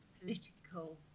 political